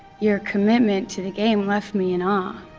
your commitment to the game left me in awe,